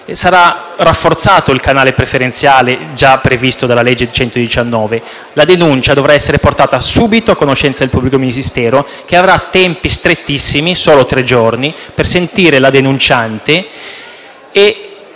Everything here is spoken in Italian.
Sarà rafforzato il canale preferenziale già previsto dalla citata legge n. 119: la denuncia dovrà essere portata subito a conoscenza del pubblico ministero, che avrà tempi strettissimi (solo tre giorni) per sentire la denunciante.